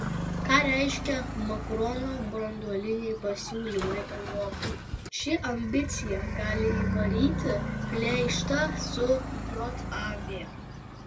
ką reiškia makrono branduoliniai pasiūlymai europai ši ambicija gali įvaryti pleištą su jav